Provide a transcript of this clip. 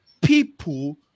people